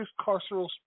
carceral